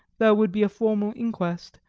there would be a formal inquest,